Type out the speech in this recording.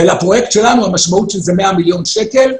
לפרויקט שלנו המשמעות של זה 100 מיליון שקל.